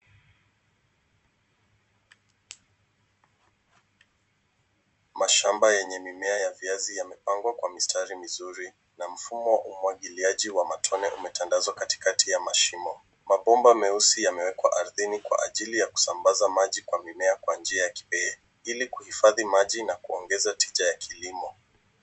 Mashamba yenye mimea ya viazi yamepangwa kwa mistari mizuri na mfumo wa umwagiliaji wa matone umetandazwa katikati ya mashimo. Mabomba meusi yamewekwa ardhini kwa ajili ya kusambaza maji kwa mimea kwa njia ya kibe ili kuhifadhi maji na kuongeza tija ya kilimo.